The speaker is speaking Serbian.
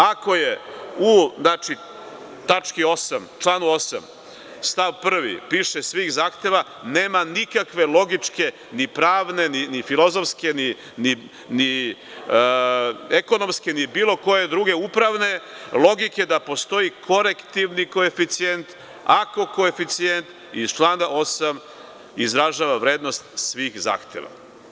Ako u tački 8), članu 8. stav 1. piše „svih zahteva“, nema nikakve logičke, ni pravne, ni filozofske, ni ekonomske, ni bilo koje druge, upravne logike da postoji korektivni koeficijent, ako koeficijent iz člana 8. izražava vrednost svih zahteva.